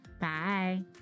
Bye